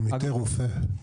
עמיתי רופא,